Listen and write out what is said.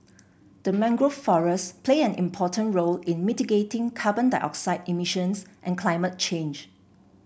the mangrove forests play an important role in mitigating carbon dioxide emissions and climate change